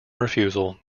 refusal